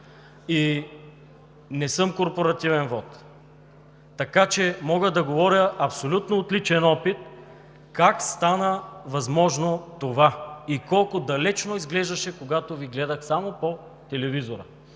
и не съм корпоративен вот, така че мога да говоря абсолютно от личен опит как това стана възможно и колко далечно изглеждаше, когато Ви гледах само по телевизора.